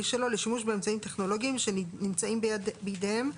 שלו לשימוש באמצעים טכנולוגיים שנמצאים בידיהם,